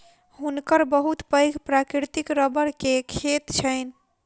हुनकर बहुत पैघ प्राकृतिक रबड़ के खेत छैन